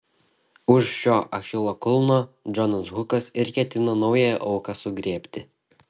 už šio achilo kulno džonas hukas ir ketino naująją auką sugriebti